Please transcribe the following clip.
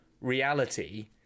reality